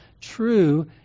true